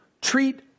treat